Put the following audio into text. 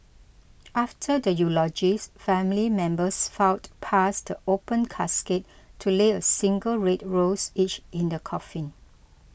after the eulogies family members filed past the open casket to lay a single red rose each in the coffin